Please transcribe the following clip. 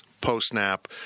post-snap